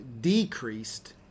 decreased